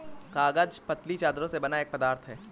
कागज पतली चद्दरों से बना एक पदार्थ है